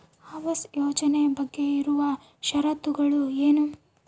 ಆವಾಸ್ ಯೋಜನೆ ಬಗ್ಗೆ ಇರುವ ಶರತ್ತುಗಳು ಏನು?